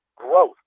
growth